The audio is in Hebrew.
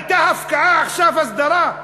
הייתה הפקעה, עכשיו הסדרה?